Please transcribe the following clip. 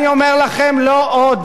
אני אומר לכם: לא עוד.